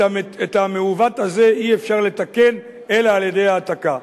את המעוות הזה אי-אפשר לתקן אלא על-ידי העתקה.